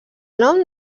nom